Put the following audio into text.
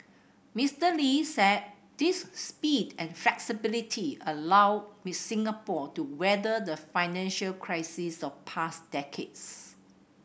Mister Lee said this speed and flexibility allowed Singapore to weather the financial crises of past decades